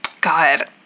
God